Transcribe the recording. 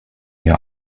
your